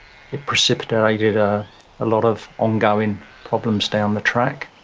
it precipitated a lot of ongoing problems down the track.